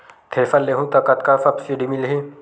Thresher लेहूं त कतका सब्सिडी मिलही?